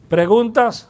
Preguntas